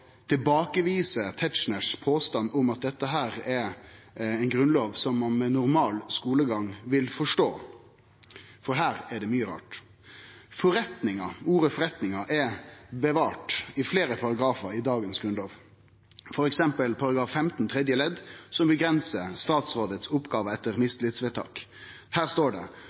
påstand om at dette er ei grunnlov som ein med ein normal skulegang vil forstå, for her er det mykje rart. Ordet «forretninger» er bevart i fleire paragrafar i dagens grunnlov, f.eks. i § 15 tredje ledd, som avgrensar oppgåvene til statsrådet etter mistillitsvedtak. Der står det: